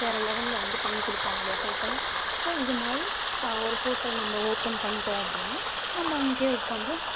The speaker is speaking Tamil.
வேற லெவலில் வந்து பண்ணிக் கொடுப்பாங்க இல்லையா ஹோட்டலில் ஸோ இதுமாதிரி ஒரு ஹோட்டல் நம்ப ஓப்பன் பண்ணிட்டோம் அப்படின்னா நம்ம அங்கே உக்கார்ந்து